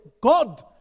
God